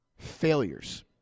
Failures